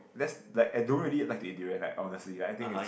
that's like I don't really like to eat durian like honestly I think is